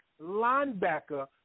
linebacker